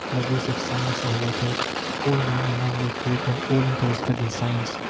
lovers of science, and workers all knowing a manual trade and all interested in science.